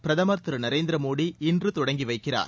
பிரதமர் திரு நரேந்திர மோடிஇன்று தொடங்கி வைக்கிறார்